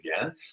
again